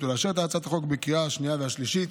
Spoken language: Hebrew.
ולאשר את הצעת החוק בקריאה השנייה והשלישית.